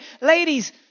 Ladies